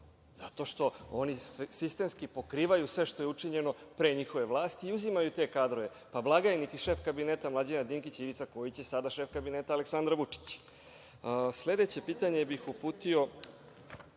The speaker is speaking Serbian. zato što oni sistemski pokrivaju sve što je učinjeno pre njihove vlasti i uzimaju te kadrove, pa blagajnik i šef kabineta Mlađana Dinkića, Ivica Kojić koji će sada šef kabineta Aleksandra Vučića. Sledeće pitanje bih uputio